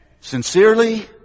Sincerely